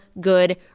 Good